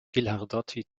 ghilardotti